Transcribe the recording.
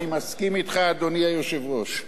אני מסכים אתך, אדוני היושב-ראש.